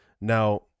Now